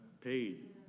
paid